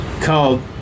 called